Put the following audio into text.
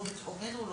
לא בתחומנו,